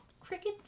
crickets